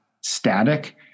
static